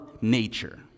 nature